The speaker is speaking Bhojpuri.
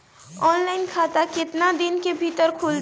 ऑफलाइन खाता केतना दिन के भीतर खुल जाई?